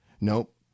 Nope